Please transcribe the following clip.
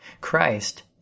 Christ